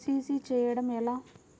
CC చేయడము ఎలా?